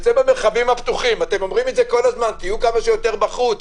למרחבים הפתוחים אתם אומרים את זה כל הזמן תהיו כמה שיותר בחוץ,